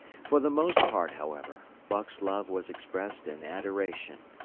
for the most part, however, buck's love was expressed in adoration.